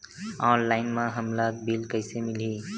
Online म हमला bill कइसे मिलही?